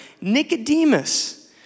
Nicodemus